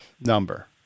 number